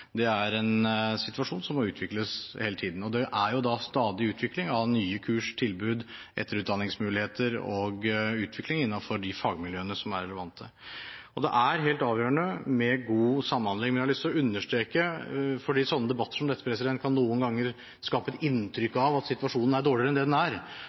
Det er en situasjon som må utvikles hele tiden, og det er stadig utvikling av nye kurs, tilbud, etterutdanningsmuligheter og utvikling innen de fagmiljøene som er relevante. Det er helt avgjørende med god samhandling, men jeg har lyst til å understreke – fordi sånne debatter som dette kan noen ganger skape et inntrykk av at situasjonen er dårligere enn den er,